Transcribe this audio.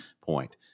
point